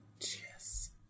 Yes